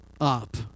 up